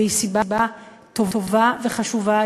והיא סיבה טובה וחשובה,